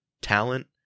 talent